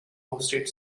hosted